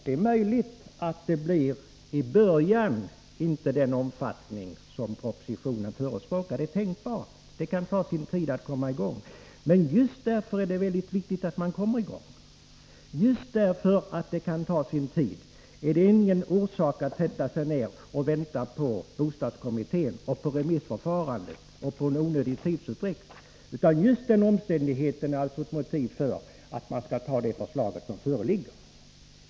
Det är möjligt att sysselsättningen i början inte får den omfattning som man räknat med i propositionen — det är tänkbart, det kan ta tid att komma i gång. Men just därför är det mycket viktigt att man kommer i gång. Just därför att det kan ta sin tid finns det ingen orsak att sätta sig ner och vänta på bostadskommittén och på remissförfarandet och på en onödig tidsutdräkt, utan just den omständigheten är ett motiv för att man skall godta det förslag som föreligger.